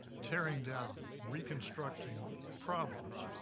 tearing down, reconstructing problems,